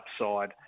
upside